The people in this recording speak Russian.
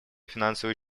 финансовые